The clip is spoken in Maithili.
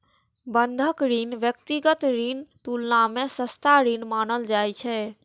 बंधक ऋण व्यक्तिगत ऋणक तुलना मे सस्ता ऋण मानल जाइ छै